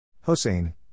Hossein